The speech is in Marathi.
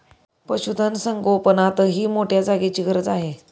पशुधन संगोपनातही मोठ्या जागेची गरज आहे